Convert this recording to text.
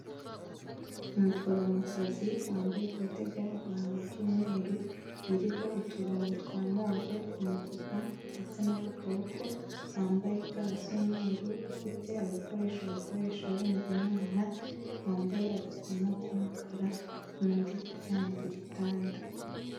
Umuforomokazi wambaye ikoti ry'abaganga ry'umweru ririho uturongo twa move ku mufuka ndetse no ku kaboko, wambaye ga z’umweru, ufite agakoresho bakoresha bumva umwana, wambaye agakomo k'umukara n'undi uryamye ku gitanda.